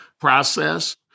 process